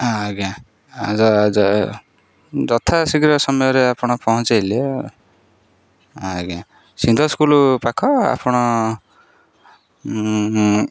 ହଁ ଆଜ୍ଞା ଆ ଯଥା ଶୀଘ୍ର ସମୟରେ ଆପଣ ପହଞ୍ଚାଇଲେ ଆଜ୍ଞା ସିନ୍ଧଳ ସ୍କୁଲ୍ ପାଖ ଆପଣ